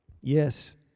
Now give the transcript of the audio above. yes